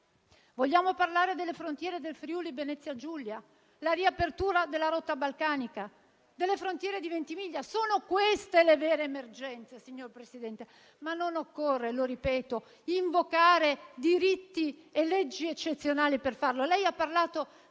Vogliamo parlare delle frontiere del Friuli-Venezia Giulia e la riapertura della rotta balcanica, delle frontiere di Ventimiglia? Sono queste le vere emergenze, signor Presidente del Consiglio, ma non occorre, lo ripeto, invocare diritti e leggi eccezionali per farlo.